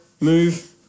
move